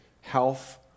health